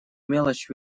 мелочь